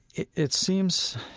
it it seems,